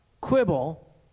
quibble